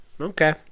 okay